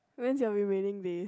when's your revealing day